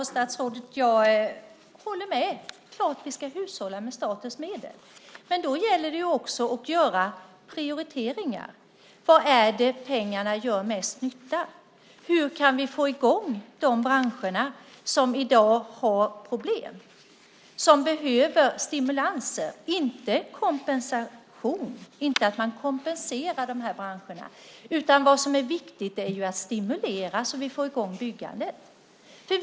Fru talman! Jag håller med statsrådet. Det är klart att vi ska hushålla med statens medel. Men då gäller det också att göra prioriteringar. Var gör pengarna mest nytta? Hur kan vi få i gång de branscher som har problem i dag? De behöver stimulanser, inte kompensation. Vi ska inte kompensera de här branscherna. Det är viktigt att stimulera, så att vi får i gång byggandet.